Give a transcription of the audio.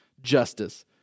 justice